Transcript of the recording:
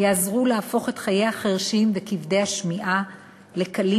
יעזרו להפוך את חיי החירשים וכבדי השמיעה לקלים